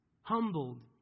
Humbled